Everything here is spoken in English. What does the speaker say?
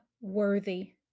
worthy